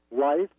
life